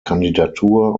kandidatur